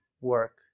work